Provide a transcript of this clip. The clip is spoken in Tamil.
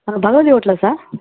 ஹலோ பகவதி ஹோட்டலா சார்